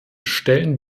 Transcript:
stellen